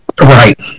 Right